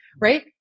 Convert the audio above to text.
right